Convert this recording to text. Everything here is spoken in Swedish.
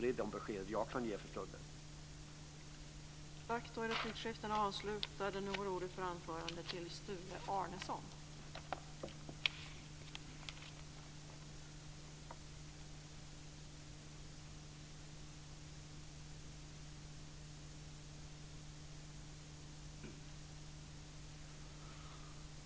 Det är de besked som jag för stunden kan ge.